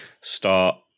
start